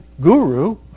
guru